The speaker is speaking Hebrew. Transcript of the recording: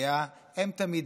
הם תמיד יהיו שם בשבילו.